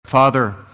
Father